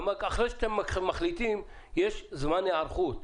אחרי שאתם מחליטים יש גם זמן היערכות.